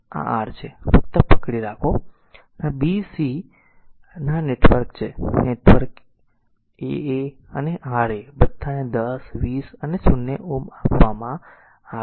તેથી આ r છે ફક્ત પકડી રાખો આ b અને c આ T નેટવર્ક છે નેટવર્ક a a અને r R a બધાને 10 20 અને 0 Ω આપવામાં આવે છે